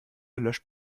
löscht